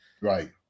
right